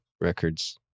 records